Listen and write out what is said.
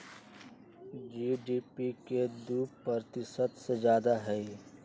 GDP के दु प्रतिशत से जादा हई